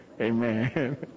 Amen